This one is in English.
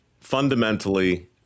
Fundamentally